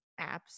apps